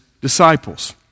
disciples